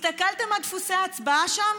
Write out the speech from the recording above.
הסתכלתם על דפוסי ההצבעה שם?